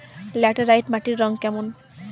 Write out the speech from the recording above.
Laterite মাটির রং কেমন?